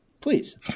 Please